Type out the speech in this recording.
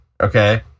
Okay